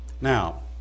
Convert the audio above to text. now